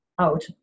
out